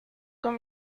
con